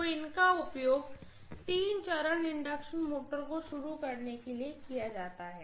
तो इनका उपयोग तीन चरण इंडक्शन मोटर्स को शुरू करने के लिए किया जाता है